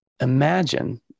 Imagine